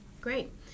Great